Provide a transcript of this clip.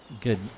Good